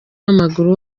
w’amaguru